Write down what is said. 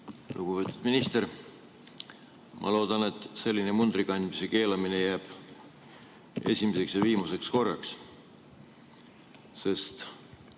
Lugupeetud minister! Ma loodan, et selline mundri kandmise keelamine jääb esimeseks ja viimaseks korraks. Sest